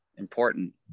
important